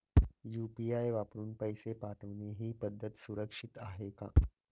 UPI वापरून पैसे पाठवणे ही पद्धत सुरक्षित आहे का?